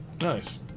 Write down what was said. Nice